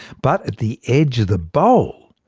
but at the edge of the bowl,